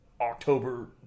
October